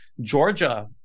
Georgia